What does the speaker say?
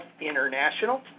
International